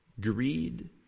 greed